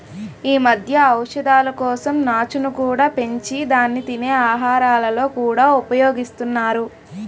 ఈ మధ్య ఔషధాల కోసం నాచును కూడా పెంచి దాన్ని తినే ఆహారాలలో కూడా ఉపయోగిస్తున్నారు